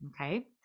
okay